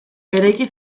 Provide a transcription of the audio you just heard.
eraiki